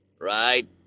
right